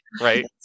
Right